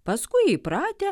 paskui įpratę